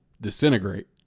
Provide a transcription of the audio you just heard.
disintegrate